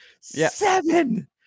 seven